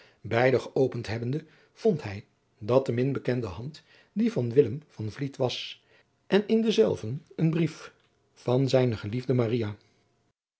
beide geopend hebbende vond hij dat de min bekende hand die van willem van vliet was en in denzelven een brief van zijne geliefde